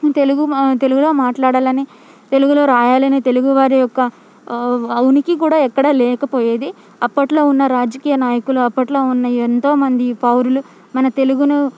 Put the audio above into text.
తెలుగు మా తెలుగులో మాట్లాడాలని తెలుగులో రాయాలని తెలుగువారి యొక్క ఆ ఉనికి కూడా ఎక్కడా లేకపోయేది అప్పట్లో ఉన్న రాజకీయ నాయకులు అప్పట్లో ఉన్న ఎంతో మంది పౌరులు మన తెలుగును